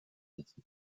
city